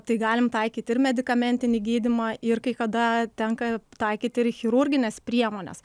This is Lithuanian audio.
tai galim taikyti ir medikamentinį gydymą ir kai kada tenka taikyti ir chirurgines priemones